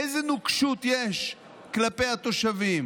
איזו נוקשות יש כלפי התושבים